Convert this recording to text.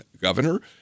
governor